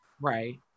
right